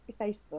Facebook